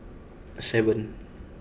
seven